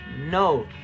No